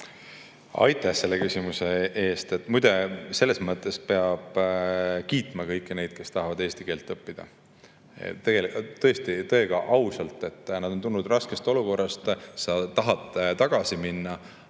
Aitäh selle küsimuse eest! Muide, selles mõttes peab kiitma kõiki neid, kes tahavad eesti keelt õppida. Tõega, ausalt, sa oled tulnud raskest olukorrast, sa tahad tagasi minna,